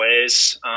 ways